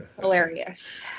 Hilarious